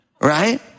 right